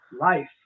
life